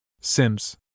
Sims